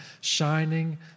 shining